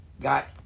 got